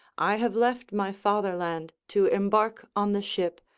i have left my fatherland to embark on the ship,